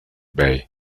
bay